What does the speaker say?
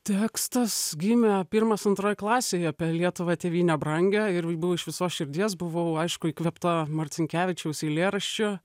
tekstas gimė pirmas antroj klasėj apie lietuvą tėvynę brangią ir buvo iš visos širdies buvau aišku įkvėpta marcinkevičiaus eilėraščio